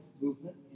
movement